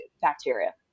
bacteria